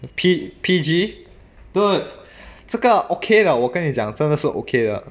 P P_G dude 这个 okay 的我跟你讲真的是 okay 的